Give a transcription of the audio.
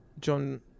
John